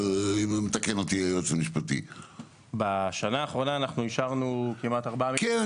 בשנה האחרונה אנחנו אישרנו כמעט ארבעה --- כן,